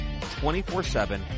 24-7